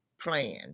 plan